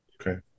Okay